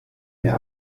mir